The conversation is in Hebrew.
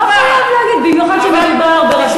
אנחנו בעד, לא חייב להגיד, אבל תזכרי מה